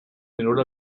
menor